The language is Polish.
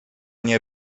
nie